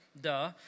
duh